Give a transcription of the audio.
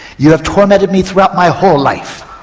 you have tormented me throughout my whole life,